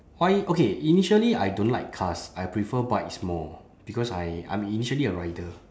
why okay initially I don't like cars I prefer bikes more because I I'm initially a rider